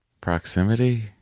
proximity